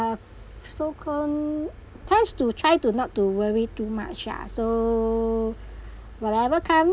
uh so call tends to try to not to worry too much ya so whatever come